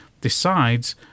decides